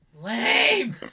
lame